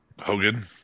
Hogan